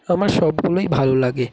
আমার সবগুলোই ভালো লাগে